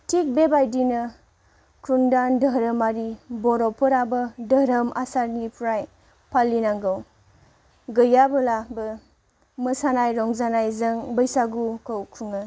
थिग बेबायदिनो खुनदान धोरोमारि बर'फोराबो धोरोम आसारनिफ्राय फालिनांगौ गैयाबोलाबो मोसानाय रंजानायजों बैसागुखौ खुङो